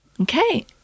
Okay